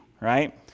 right